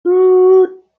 freight